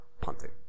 punting